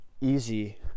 easy